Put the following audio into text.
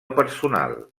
personal